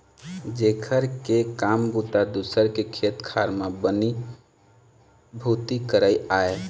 जेखर के काम बूता दूसर के खेत खार म बनी भूथी करई आय